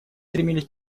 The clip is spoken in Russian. стремились